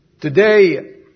Today